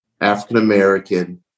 African-American